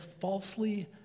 falsely